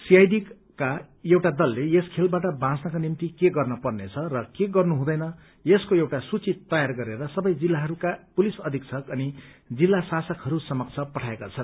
सीआईडीका एउटा दलले यस खेलबाट बाँच्नका निम्ति के गर्नु पर्नेछ र के गर्नु हुँदैन यसको एउटा सूची तयार गरेर सबै जिल्लाहरूका पुलिस अधिक्षक अनि जिल्ला शासकहरू समक्ष पठाएका छन्